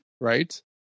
right